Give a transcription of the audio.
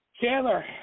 Chandler